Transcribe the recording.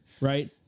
right